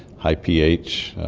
high ph,